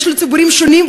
יש ציבורים שונים,